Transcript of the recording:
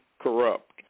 corrupt